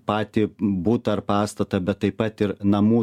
patį butą ar pastatą bet taip pat ir namų